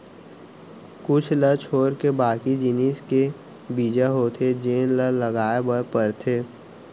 कुछ ल छोरके बाकी जिनिस के बीजा होथे जेन ल लगाए बर परथे